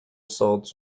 salts